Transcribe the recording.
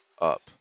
up